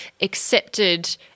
accepted